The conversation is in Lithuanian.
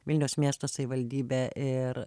vilniaus miesto savivaldybė ir